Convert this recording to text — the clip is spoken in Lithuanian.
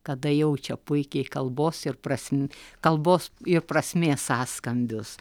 kada jaučia puikiai kalbos ir prasmių kalbos ir prasmės sąskambius